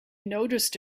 noticed